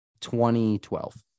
2012